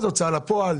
אז הוצאה לפועל,